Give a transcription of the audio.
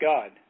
God